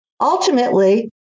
Ultimately